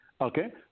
Okay